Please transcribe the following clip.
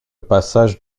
passage